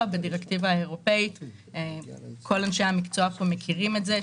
האירופי וכל אנשי המקצוע פה מכירים את זה.